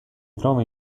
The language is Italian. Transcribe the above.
trova